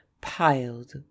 piled